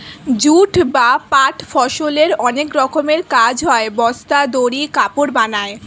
jute বা পাট ফসলের অনেক রকমের কাজ হয়, বস্তা, দড়ি, কাপড় বানায়